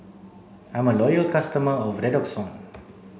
I'm a loyal customer of Redoxon